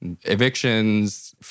evictions—